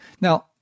Now